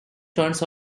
turns